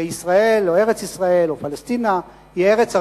שישראל, ארץ-ישראל או פלשתינה, היא ארץ ערבית.